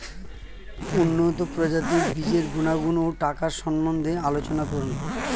উন্নত প্রজাতির বীজের গুণাগুণ ও টাকার সম্বন্ধে আলোচনা করুন